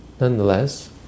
nonetheless